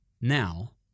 now